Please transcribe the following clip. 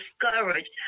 discouraged